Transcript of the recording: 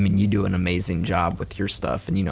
i mean you do an amazing job with your stuff and you know